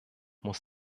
muss